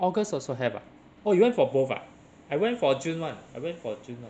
august also have ah oh you went for both ah I went for june [one] I went for june [one]